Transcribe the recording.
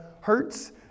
hurts